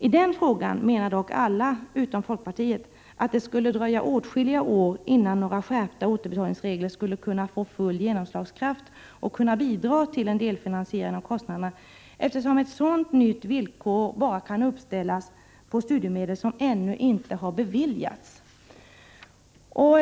I den frågan tycker dock alla utom folkpartiet, att det skulle dröja åtskilliga år innan några skärpta återbetalningsregler skulle kunna få full genomslagskraft och kunna bidra till en delfinansiering av kostnaderna, eftersom ett sådant nytt villkor endast kan uppställas på studiemedel som ännu inte har beviljats.